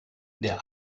der